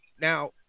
Now